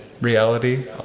reality